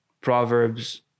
Proverbs